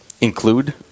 include